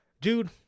Dude